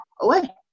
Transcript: away